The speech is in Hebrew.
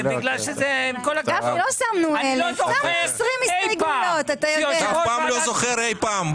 אני לא זוכר אי פעם --- אתה אף פעם לא זוכר אי פעם.